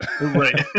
Right